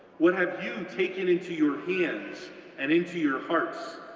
what have you taken into your hands and into your hearts?